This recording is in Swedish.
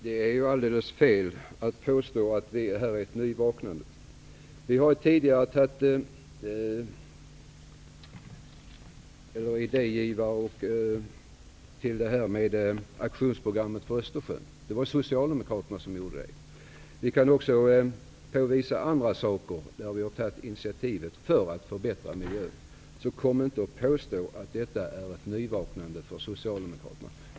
Herr talman! Det är alldeles fel att påstå att detta är ett nyvaknande. Vi har tidigare varit idégivare till aktionsprogrammet för Östersjön. Det var socialdemokraternas initiativ. Vi kan också påvisa andra saker där vi har tagit initiativ för att förbättra miljön. Kom inte och påstå att detta är ett nyvaknande för socialdemokraterna!